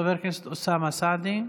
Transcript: חבר הכנסת אוסאמה סעדי,